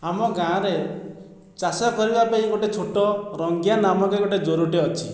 ଆମ ଗାଁରେ ଚାଷ କରିବା ପାଇଁ ଗୋଟିଏ ଛୋଟ ରଙ୍ଗିଆ ନାମକ ଗୋଟିଏ ଜୋରଟିଏ ଅଛି